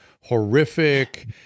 horrific